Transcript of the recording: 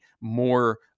more